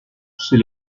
chez